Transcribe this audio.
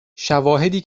شواهدی